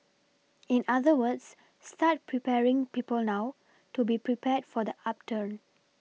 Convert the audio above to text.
in other words start preparing people now to be prepared for the upturn